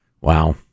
Wow